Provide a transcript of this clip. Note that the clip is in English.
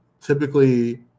typically